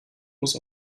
muss